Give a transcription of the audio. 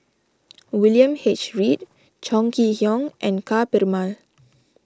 William H Read Chong Kee Hiong and Ka Perumal